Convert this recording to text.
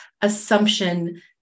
assumption